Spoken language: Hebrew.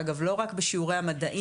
אגב לא רק בשיעורי המדעים,